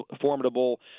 formidable